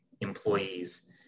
employees